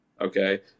Okay